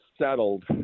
settled